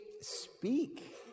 speak